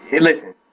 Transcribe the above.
listen